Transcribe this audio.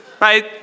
right